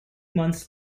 months